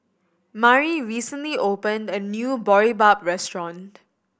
Mari recently opened a new Boribap restaurant